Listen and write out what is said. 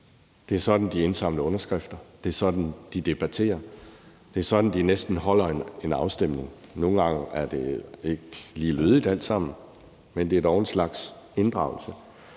Det er sådan, de indsamler underskrifter, det er sådan, de debatterer, og det er sådan, de næsten holder en afstemning. Nogle gange er det ikke lige lødigt alt sammen, men det er dog en slags inddragelse.